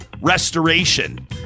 restoration